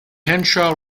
henshaw